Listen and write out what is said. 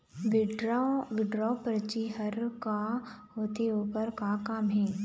Withdraw परची हर का होते, ओकर का काम हे?